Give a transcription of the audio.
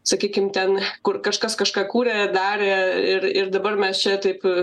sakykim ten kur kažkas kažką kūrė darė ir ir dabar mes čia taip